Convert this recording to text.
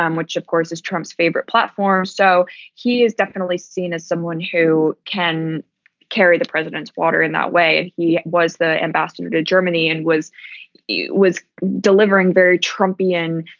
um which, of course, is trump's favorite platform. so he is definitely seen as someone who can carry the president's water in that way. and he was the ambassador to germany and was was delivering very trumpian